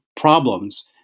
problems –